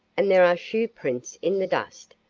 and there are shoe prints in the dust,